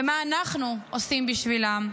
ומה אנחנו עושים בשבילם?